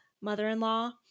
mother-in-law